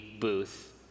booth